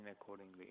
accordingly